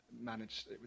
managed